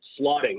slotting